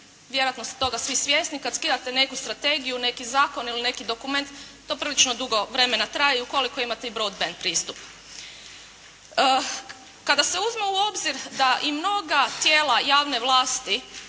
vjerojatno ste toga svi svjesni kad skidate neku strategiju, neki zakon ili neki dokument to prilično dugo vremena traje i ukoliko imate i broadbend pristup. Kada se uzme u obzir da i mnoga tijela javne vlasti,